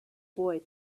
boy